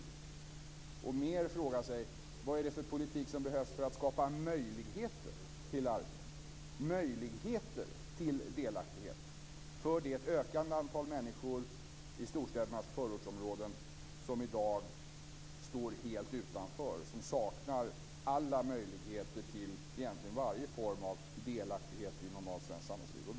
I stället borde man mer fråga sig: Vad är det för politik som behövs för att skapa möjligheter till arbete, möjligheter till delaktighet för det ökande antal människor i storstädernas förortsområden som i dag står helt utanför och som egentligen saknar alla möjligheter till varje form av delaktighet i normalt svenskt samhällsliv?